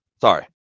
Sorry